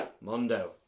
Mondo